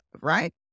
right